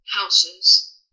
houses